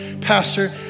Pastor